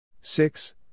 Six